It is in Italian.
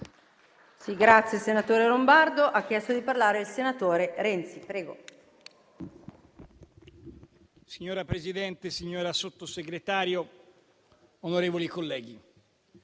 Signora Presidente, signora Sottosegretario, onorevoli colleghi,